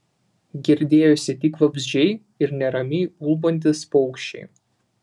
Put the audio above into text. girdėjosi tik vabzdžiai ir neramiai ulbantys paukščiai